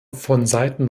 vonseiten